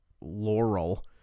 Laurel